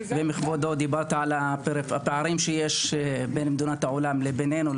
אם כבודו דיבר על הפערים שיש בין מדינות העולם לביננו,